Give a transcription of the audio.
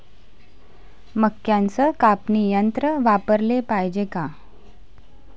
मक्क्याचं कापनी यंत्र वापराले पायजे का?